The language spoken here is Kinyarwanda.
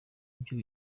ibyo